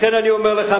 לכן אני אומר לך,